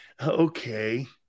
Okay